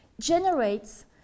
generates